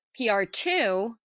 PR2